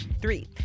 three